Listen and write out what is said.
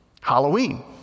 Halloween